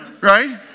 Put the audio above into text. right